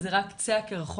וזה רק קצה הקרחון.